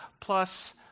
plus